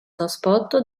trasporto